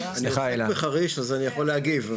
אני עוסק בחריש אז אני יכול להגיב.